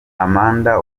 amanda